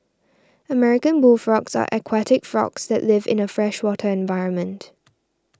American bullfrogs are aquatic frogs that live in a freshwater environment